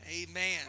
amen